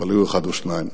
אבל היו אחד או שניים,